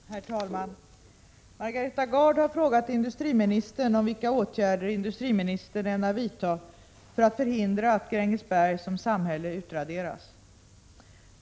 Herr talman! Margareta Gard har frågat industriministern vilka åtgärder industriministern ämnar vidta för att förhindra att Grängesberg som samhälle utraderas.